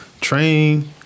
train